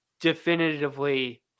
definitively